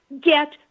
get